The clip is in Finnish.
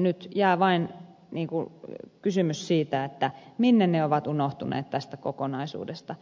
nyt jää vain kysymys siitä minne ne ovat unohtuneet tästä kokonaisuudesta